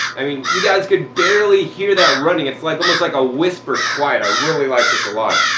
i mean, you guys can barely hear that running. it's like almost like a whisper quiet. i really like this a lot.